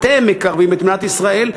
אתם מקרבים את מדינת ישראל,